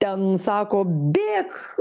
ten sako bėk